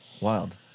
wild